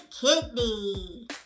kidney